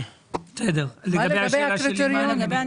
מה לגבי הקריטריונים?